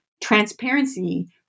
transparency